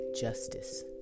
justice